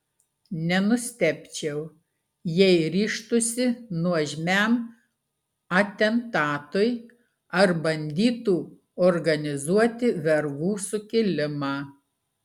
nenustebčiau jei ryžtųsi nuožmiam atentatui ar bandytų organizuoti vergų sukilimą